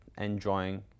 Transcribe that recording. enjoying